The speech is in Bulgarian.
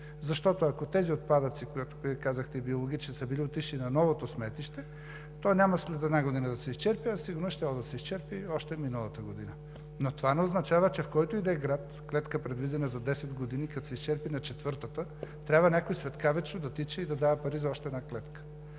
Защото, ако тези биологични отпадъци, за които Вие казахте, са били отишли на новото сметище, то няма след една година да се изчерпи, а сигурно е щяло да се изчерпи още миналата година. Това не означава, че в който и да е град клетка, предвидена за 10 години, като се изчерпи на четвъртата, трябва някой светкавично да тича и да дава пари за още една клетка.